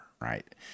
right